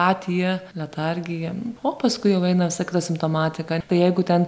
patija letargija o paskui jau eina visa kita simptomatika jeigu ten